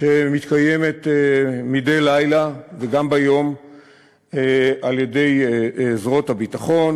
שמתקיימת מדי לילה וגם ביום על-ידי זרועות הביטחון,